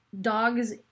dogs